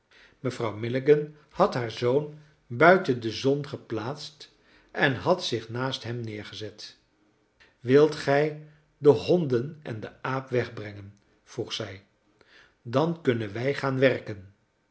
mevrouw milligan had haar zoon buiten de zon geplaatst en had zich naast hem neergezet wilt gij de honden en den aap wegbrengen vroeg zij dan kunnen wij gaan werken